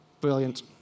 Brilliant